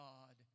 God